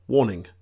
Warning